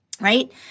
right